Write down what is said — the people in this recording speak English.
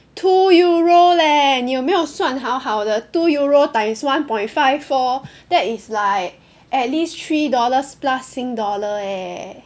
two Euro leh 你有没有算好好的 two Euro times one point five four that is like at least three dollars plus Sing dollar eh